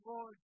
Lord